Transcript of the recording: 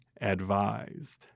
advised